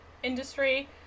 industry